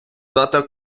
дати